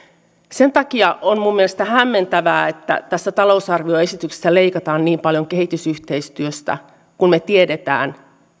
sen takia on minun mielestäni hämmentävää että tässä talousarvioesityksessä leikataan niin paljon kehitysyhteistyöstä kun me tiedämme